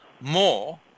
more